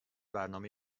برنامه